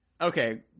Okay